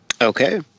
Okay